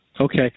Okay